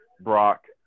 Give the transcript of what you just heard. Brock